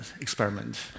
experiment